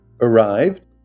arrived